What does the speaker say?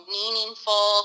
meaningful